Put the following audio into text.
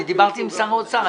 אני דיברתי עם שר האוצר.